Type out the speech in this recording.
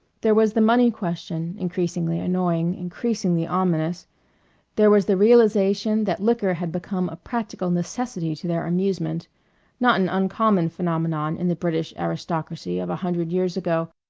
there was the money question, increasingly annoying, increasingly ominous there was the realization that liquor had become a practical necessity to their amusement not an uncommon phenomenon in the british aristocracy of a hundred years ago,